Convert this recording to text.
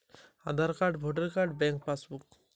ঋণ নেওয়ার জন্য আমার কী দরকার?